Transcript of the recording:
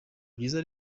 byiza